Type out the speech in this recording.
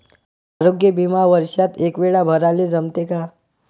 आरोग्य बिमा वर्षात एकवेळा भराले जमते का?